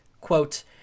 Quote